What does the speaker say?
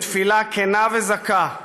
בתפילה כנה וזכה,